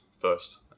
first